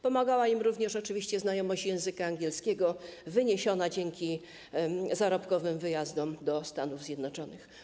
Pomagała im również oczywiście znajomość języka angielskiego wyniesiona dzięki zarobkowym wyjazdom do Stanów Zjednoczonych.